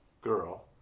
girl